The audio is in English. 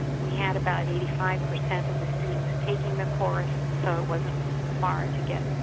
we had about eighty five percent of the students taking the course and so it wasn't far to get